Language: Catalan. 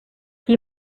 qui